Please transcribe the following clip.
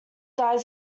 died